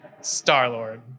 Star-Lord